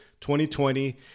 2020